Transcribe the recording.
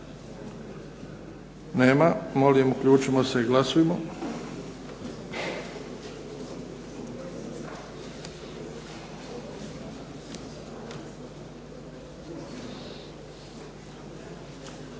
Nema. Molim uključimo se i glasujmo.